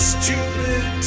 stupid